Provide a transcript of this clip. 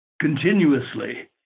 continuously